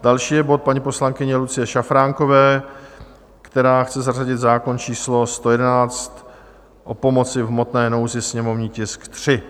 Další je bod paní poslankyně Lucie Šafránkové, která chce zařadit zákon číslo 111, o pomoci v hmotné nouzi, sněmovní tisk 3.